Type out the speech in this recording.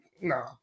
no